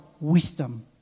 wisdom